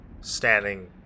standing